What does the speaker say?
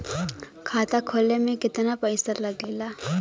खाता खोले में कितना पईसा लगेला?